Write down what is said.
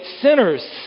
sinners